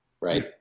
right